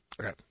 Okay